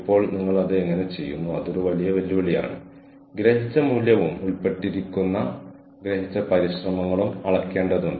IIT മദ്രാസിലെയോ IIT ബോംബെയിലെയോ IIT ഡൽഹിയിലെയോ ഞങ്ങളുടെ മുതിർന്നവരിൽ നിന്ന് ഞങ്ങൾക്ക് ഫീഡ്ബാക്ക് ലഭിക്കുന്നു